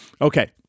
Okay